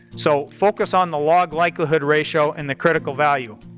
so focus on the log likelihood ratio and the critical value.